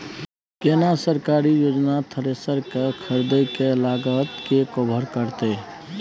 केना सरकारी योजना थ्रेसर के खरीदय के लागत के कवर करतय?